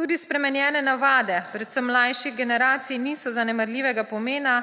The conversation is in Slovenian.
Tudi spremenjene navade, predvsem mlajših generacij, niso zanemarljivega pomena,